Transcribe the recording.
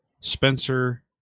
spencer